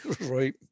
Right